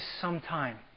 sometime